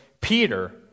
Peter